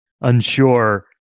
unsure